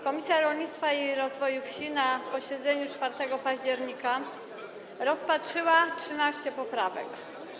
Komisja Rolnictwa i Rozwoju Wsi na posiedzeniu 4 października rozpatrzyła 13 poprawek.